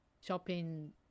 shopping